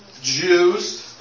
Jews